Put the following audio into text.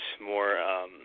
more